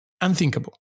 Unthinkable